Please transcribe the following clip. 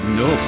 no